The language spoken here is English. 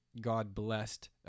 God-blessed